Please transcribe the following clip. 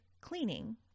cleaning